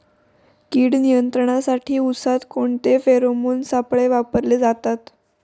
कीड नियंत्रणासाठी उसात कोणते फेरोमोन सापळे वापरले जातात?